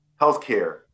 healthcare